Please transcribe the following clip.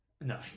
No